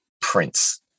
prince